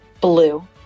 blue